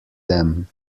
them